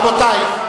רבותי,